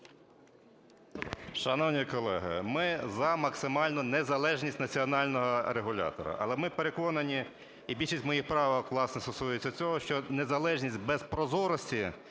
Шановні колеги, ми за максимальну незалежність національного регулятора. Але ми переконані, і більшість моїх правок, власне, стосується цього, що незалежність без прозорості